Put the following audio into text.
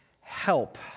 help